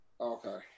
Okay